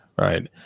right